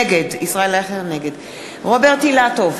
נגד רוברט אילטוב,